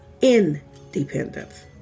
independence